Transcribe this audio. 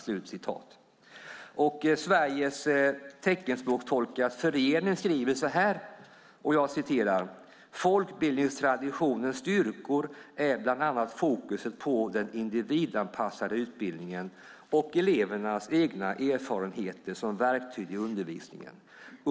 Sveriges teckenspråkstolkars förening skriver så här: "Folkbildningstraditionens styrkor är bl.a. fokuset på den individanpassade utbildningen och elevernas egna erfarenheter som verktyg i undervisningen.